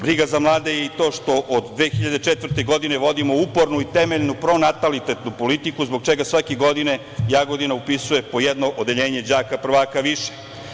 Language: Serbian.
Briga za mlade je i to što od 2004. godine vodimo upornu i temeljnu pronatalitetnu politiku zbog čega svake godine Jagodina upisuje po jedno odeljenje đaka prvaka više.